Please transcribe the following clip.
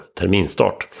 terminstart